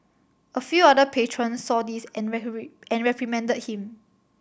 a few other patrons saw this and reprimand reprimanded him